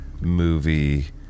movie